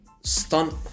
Stunt